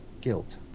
guilt